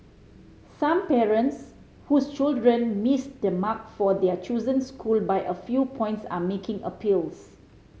some parents whose children missed the mark for their chosen school by a few points are making appeals